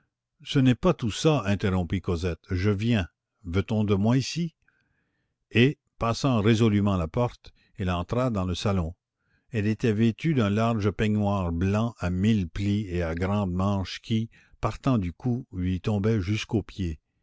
ce n'est pas tout ça interrompit cosette je viens veut-on de moi ici et passant résolûment la porte elle entra dans le salon elle était vêtue d'un large peignoir blanc à mille plis et à grandes manches qui partant du cou lui tombait jusqu'aux pieds